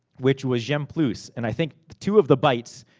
which was gemplus. and i think two of the bytes,